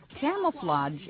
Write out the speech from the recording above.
camouflage